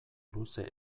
luze